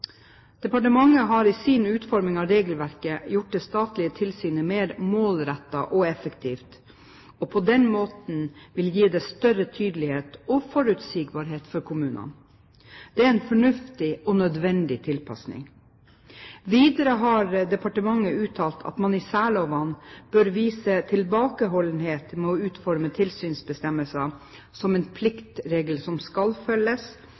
Departementet har i sin utforming av regelverket gjort det statlige tilsynet mer målrettet og effektivt, og vil på den måten gi det større tydelighet og forutsigbarhet for kommunene. Det er en fornuftig og nødvendig tilpasning. Videre har departementet uttalt at man i særlovene bør vise tilbakeholdenhet med å utforme tilsynsbestemmelsene som pliktregler som skal følges,